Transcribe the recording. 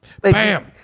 Bam